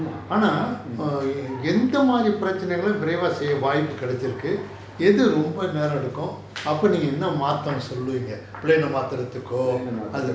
plane eh மாத்துறதுக்கு:mathurathuku